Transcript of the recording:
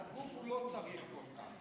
הגוף, הוא לא צריך כל כך.